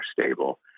stable